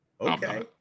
Okay